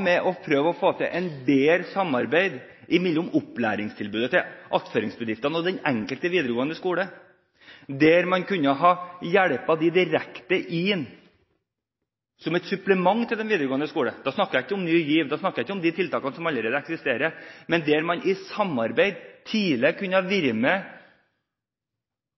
med å prøve å få til et bedre samarbeid mellom opplæringstilbudet til attføringsbedriftene og den enkelte videregående skolen – der man kunne ha hjulpet dem direkte inn, som et supplement til den videregående skolen? Da snakker jeg ikke om Ny GIV. Da snakker jeg ikke om de tiltakene som allerede eksisterer, men om at man ved tidligere samarbeid kunne